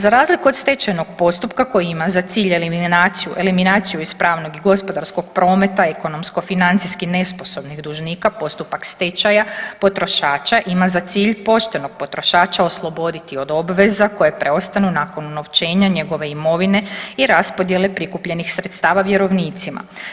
Za razliku od stečajnog postupka koji ima za cilj eliminaciju iz pravog i gospodarskog prometa ekonomsko-financijski nesposobnih dužnika postupak stečaja potrošača ima za cilj poštenog potrošača osloboditi od obveza koje preostanu nakon unovčenja njegove imovine i raspodjele prikupljenih sredstava vjerovnicima.